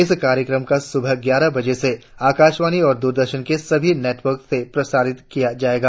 इस कार्यक्रम का सुबह ग्यारह बजे से आकाशवाणी और द्ररदर्शन के सभी नेटवर्क से प्रसारण किया जाएगा